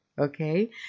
Okay